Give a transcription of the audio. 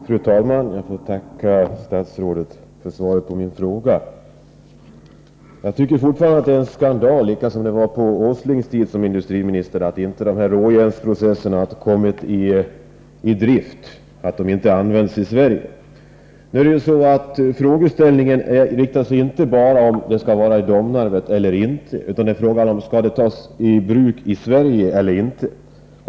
Fru talman! Jag får tacka statsrådet för svaret på min fråga. Jag tycker fortfarande att det är en skandal, liksom det var på Åslings tid som 7 industriminister, att inte den här råjärnsprocessen kommit till användning i Sverige. Frågan är inte bara om processen skall användas i Domnarvet eller inte, utan också om processen skall tas i bruk i Sverige eller inte.